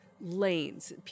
lanes